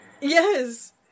Yes